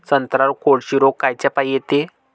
संत्र्यावर कोळशी रोग कायच्यापाई येते?